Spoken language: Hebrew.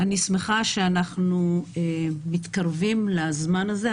אני שמחה שאנחנו מתקרבים לזמן הזה,